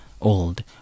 old